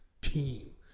team